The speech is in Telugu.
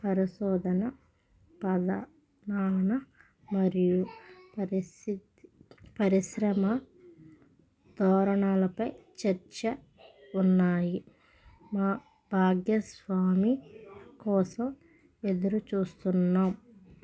పరిశోధన పద నాన మరియు పరిసిద్ పరిశ్రమ ధోరణులపై చర్చ ఉన్నాయి మా భాగ్యస్వామి కోసం ఎదురుచూస్తున్నాం